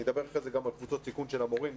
נדבר אחרי זה גם על קבוצות סיכון של המורים.